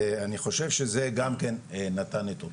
ואני חושב שזה גם כן נתן את אותותיו.